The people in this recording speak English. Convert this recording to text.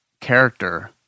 character